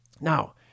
Now